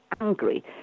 angry